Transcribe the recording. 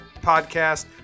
podcast